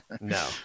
No